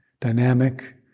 dynamic